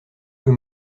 peu